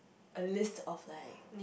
a list of like